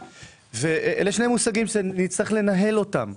ואלה שני מושגים שנצטרך לנהל אותם.